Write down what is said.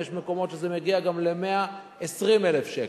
ויש מקומות שזה גם מגיע ל-120,000 שקל.